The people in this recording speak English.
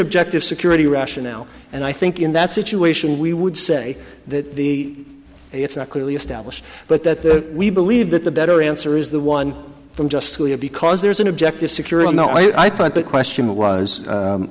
objective security rationale and i think in that situation we would say that the it's not clearly established but that we believe that the better answer is the one from just because there's an objective security no i thought the question was